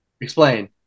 Explain